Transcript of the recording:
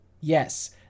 Yes